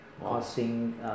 causing